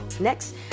Next